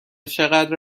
چقدر